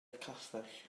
castell